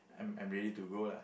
I'm I'm ready to go lah